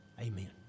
amen